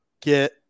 get